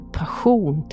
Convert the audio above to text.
passion